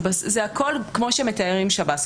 זה הכול כמו שמתארים שב"ס.